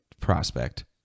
prospect